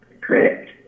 Correct